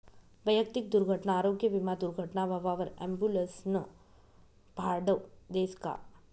वैयक्तिक दुर्घटना आरोग्य विमा दुर्घटना व्हवावर ॲम्बुलन्सनं भाडं देस का?